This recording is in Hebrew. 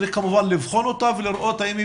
צריך כמובן לבחון אותה ולראות האם היא